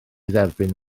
dderbyn